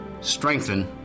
strengthen